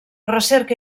recerca